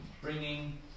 bringing